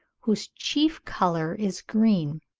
whose chief colour is green.